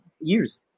years